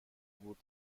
بود